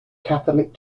catholic